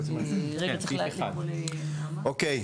אוקיי.